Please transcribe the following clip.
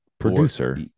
producer